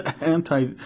anti